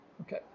Okay